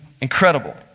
incredible